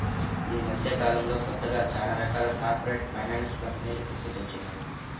యీ మద్దెకాలంలో కొత్తగా చానా రకాల కార్పొరేట్ ఫైనాన్స్ కంపెనీలు పుట్టుకొచ్చినియ్యి